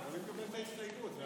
את ההסתייגות.